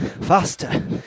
faster